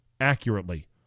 accurately